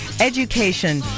education